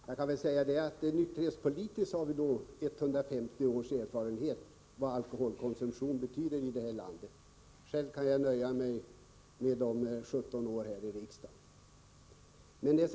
Herr talman! Jag får beklaga felsägningen. Nykterhetspolitiskt har vi etthundrafemtio års erfarenhet av vad alkoholkonsumtion betyder i det här landet. Själv kan jag nöja mig med de 17 år som jag har varit här i riksdagen.